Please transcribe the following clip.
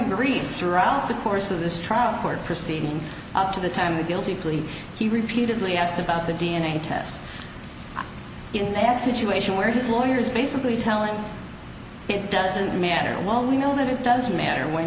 agrees throughout the course of this trial court proceeding up to the time a guilty plea he repeatedly asked about the d n a test in that situation where his lawyer is basically telling it doesn't matter well we know that it doesn't matter when